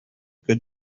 good